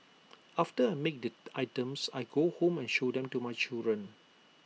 after I make the items I go home and show them to my children